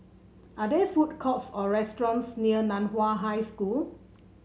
are there food courts or restaurants near Nan Hua High School